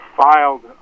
filed